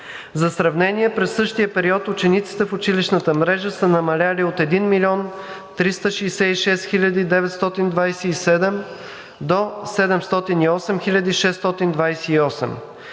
За сравнение през същия период учениците в училищната мрежа са намалели от 1 милион 366 хиляди 927 до 708 хиляди 628,